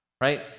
right